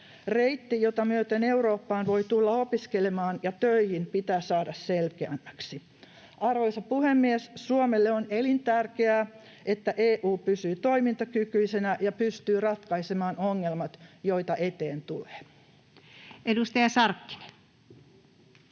Reitti, jota myöten Eurooppaan voi tulla opiskelemaan ja töihin, pitää saada selkeämmäksi. Arvoisa puhemies! Suomelle on elintärkeää, että EU pysyy toimintakykyisenä ja pystyy ratkaisemaan ongelmat, joita eteen tulee. [Speech